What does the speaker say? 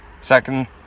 second